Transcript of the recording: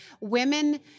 Women